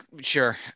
Sure